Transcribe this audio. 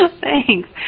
Thanks